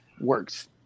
works